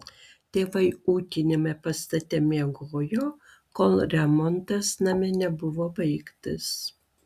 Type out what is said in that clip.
tėvai ūkiniame pastate miegojo kol remontas name nebuvo baigtas